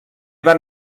van